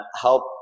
help